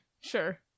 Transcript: sure